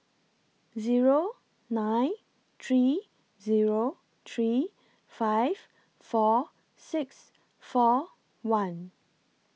Zero nine three Zero three five four six four one